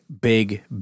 big